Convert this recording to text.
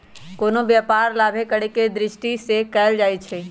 कोनो व्यापार लाभे करेके दृष्टि से कएल जाइ छइ